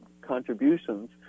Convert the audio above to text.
contributions